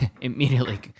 immediately